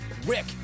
Rick